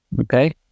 Okay